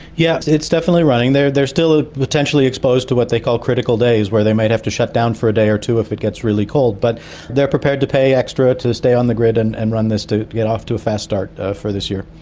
yes, it's definitely running. they're they're still ah potentially exposed to what they call critical days where they might have to shut down for a day or two if it gets really cold but they're prepared to pay extra to stay on the grid and and run this to get off to a fast start for this year.